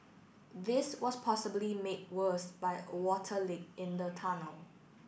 this was possibly made worse by a water leak in the tunnel